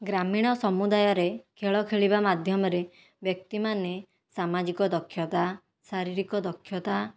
ଗ୍ରାମୀଣ ସମୁଦାୟରେ ଖେଳ ଖେଳିବା ମାଧ୍ୟମରେ ବ୍ୟକ୍ତିମାନେ ସାମାଜିକ ଦକ୍ଷତା ଶାରୀରିକ ଦକ୍ଷତା